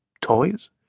Toys